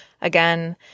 again